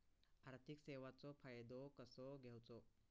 आर्थिक सेवाचो फायदो कसो घेवचो?